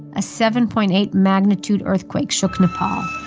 a seven point eight magnitude earthquake shook nepal